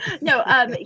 No